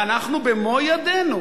ואנחנו במו-ידינו